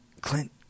Clint